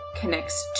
connects